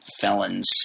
felons